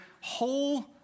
whole